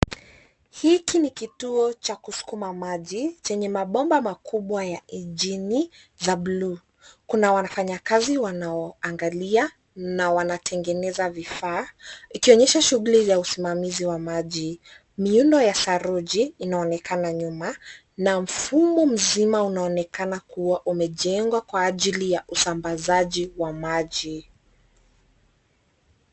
Hiki ni kituo cha kusukuma maji chenye mabomba makubwa ya engine za bluu. Kuna wafanyikazi wanao angalia na wana tengeneza vifaa ikionyesha shughuli ya usimamizi wa maji, miundo ya saruji inaonekana nyuma na mfumo mzima unaonekana kuwa umejengwa kwa ajili ya maji.